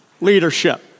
leadership